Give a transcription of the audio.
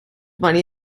money